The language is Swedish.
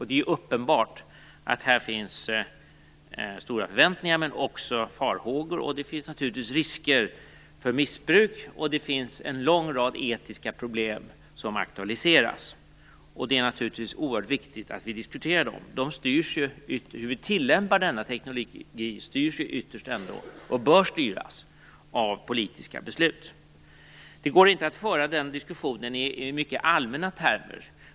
Det är uppenbart att det här finns stora förväntningar men också farhågor. Det finns naturligtvis också risker för missbruk, och det finns en lång rad etiska problem som aktualiseras. Och det är naturligtvis oerhört viktigt att vi diskuterar dem. Hur vi tillämpar denna teknologi styrs ju ytterst, och bör styras, av politiska beslut. Det går inte att föra den diskussionen i mycket allmänna termer.